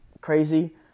crazy